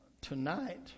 tonight